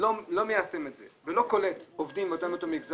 לא מיישם את זה ולא קולט עובדים מאותו מגזר,